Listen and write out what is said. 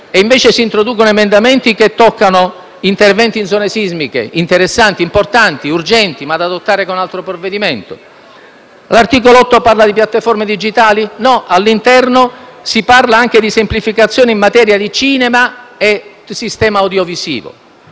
Invece si introducono emendamenti che toccano interventi in zone sismiche, certo interessanti, importanti e urgenti, ma da adottare con un altro provvedimento. L'articolo 8 riguarda piattaforme digitali? No, all'interno si parla anche di semplificazione in materia di cinema e sistemi audiovisivi.